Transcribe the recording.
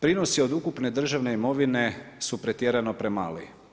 Prinosi od ukupne državne imovine su pretjerano premali.